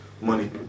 money